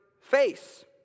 face